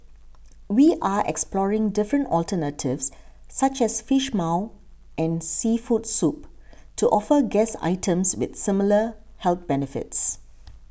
we are exploring different alternatives such as Fish Maw and seafood soup to offer guests items with similar health benefits